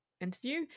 interview